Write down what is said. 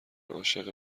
عاشق